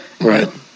Right